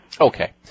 Okay